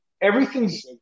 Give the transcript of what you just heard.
everything's